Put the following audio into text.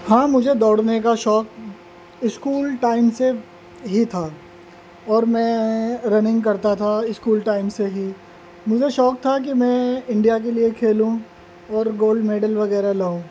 ہاں مجھے دوڑنے کا شوق اسکول ٹائم سے ہی تھا اور میں رننگ کرتا تھا اسکول ٹائم سے ہی مجھے شوق تھا کہ میں انڈیا کے لیے کھیلوں اور گولڈ میڈل وغیرہ لاؤں